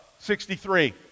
63